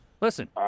listen